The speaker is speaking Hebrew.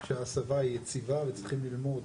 שההסבה היא יציבה, וצריכים ללמוד